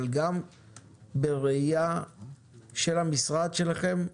אבל גם בראייה של המשרד שלכם,